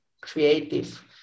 creative